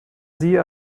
sie